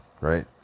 right